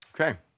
Okay